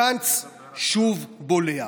גנץ שוב בולע.